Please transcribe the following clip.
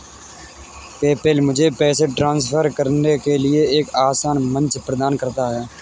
PayPal मुझे पैसे transfer करने के लिए एक आसान मंच प्रदान करता है